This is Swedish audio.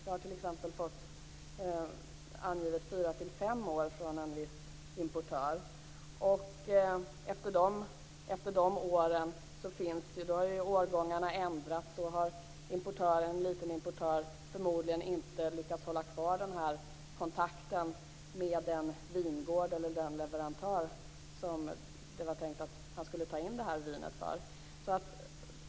Jag har t.ex. fått uppgift från en viss importör om att det kan ta 4-5 år. Efter den tiden har årgångarna ändrats och en liten importör har förmodligen inte lyckats hålla kvar kontakten med den vingård eller leverantör som det var tänkt att importören skulle ta in vinet för.